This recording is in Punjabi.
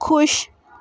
ਖੁਸ਼